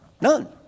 none